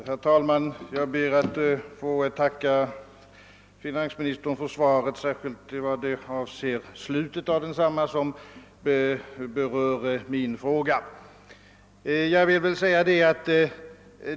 Herr talman! Jag ber att få tacka finansministern för svaret, särskilt i vad avser slutet av detsamma som ju berör min fråga.